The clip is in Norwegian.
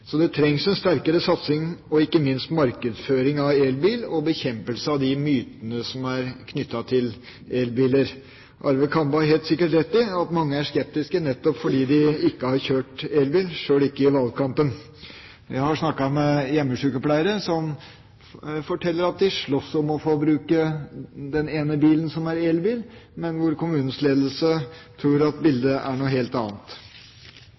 Det trengs en sterkere satsing på og ikke minst markedsføring av elbil, og bekjempelse av de mytene som er knyttet til elbiler. Arve Kambe har helt sikkert rett i at mange er skeptiske nettopp fordi de ikke har kjørt elbil, sjøl ikke i valgkampen. Jeg har snakket med hjemmesjukepleiere som forteller at de slåss om å få bruke den ene bilen som er elbil, mens kommunens ledelse tror at bildet er et helt annet.